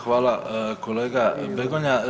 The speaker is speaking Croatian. Hvala kolega Begonja.